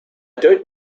don’t